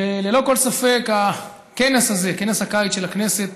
וללא כל ספק הכנס הזה, כנס הקיץ של הכנסת,